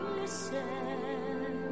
listen